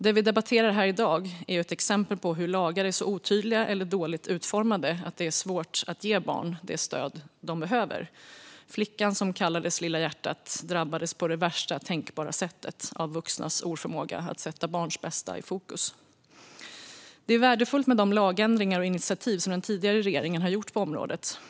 Det vi nu debatterar är ett exempel på hur lagar är så otydliga eller dåligt utformade att det är svårt att ge barn de stöd de behöver. Flickan som kallades Lilla hjärtat drabbades på värsta tänkbara sätt av vuxnas oförmåga att sätta barns bästa i fokus. Det är värdefullt med de lagändringar och initiativ som den tidigare regeringen har gjort på området.